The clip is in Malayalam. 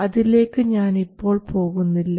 അതിലേക്ക് ഞാനിപ്പോൾ പോകുന്നില്ല